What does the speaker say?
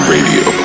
Radio